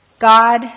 God